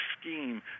scheme